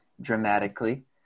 dramatically